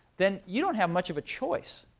then you don't have much of a choice.